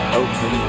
open